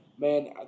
Man